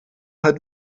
hat